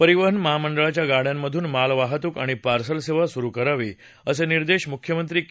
परिवहन महामंडळाच्या गाडयांमधून मालवाहतूक आणि पार्सल सेवा सुरू करावी असे निर्देश मुख्यमंत्री के